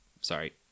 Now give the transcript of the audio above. Sorry